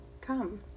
come